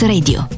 Radio